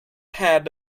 had